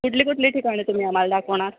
कुठली कुठली ठिकाणं तुम्ही आम्हाला दाखवणार